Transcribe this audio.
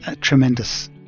tremendous